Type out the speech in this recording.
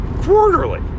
Quarterly